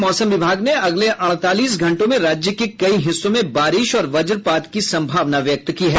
मौसम विभाग ने अगले अड़तालीस घंटों में राज्य के कई हिस्सों में बारिश और वजपात की संभावना व्यक्त की गयी है